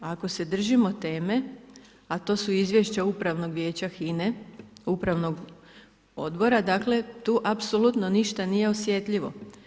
Ako se držimo teme a to su izvješća Upravnog vijeća HINA-e, upravnog odbora, dakle tu apsolutno ništa nije osjetljivo.